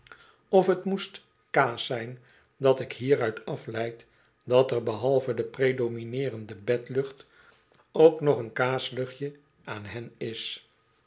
of t moet kaas zijn dat ik hieruit afleid dat er behalve de predomineerende bedlucht ook nog een kaasluchtje aan hen is